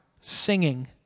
singing